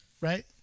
right